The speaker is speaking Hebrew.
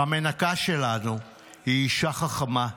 "המנקה שלנו היא אישה חכמה,